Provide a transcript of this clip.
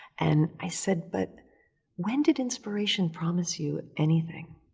and i said, but when did inspiration promise you anything?